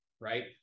right